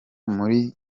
muri